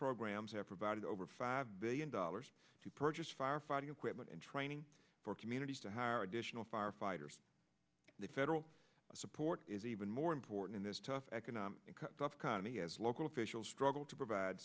programs have provided over five billion dollars to purchase firefighting equipment and training for communities to hire additional firefighters the federal support is even more important in this tough economic club conny as local officials struggle to provide